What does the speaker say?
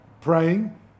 praying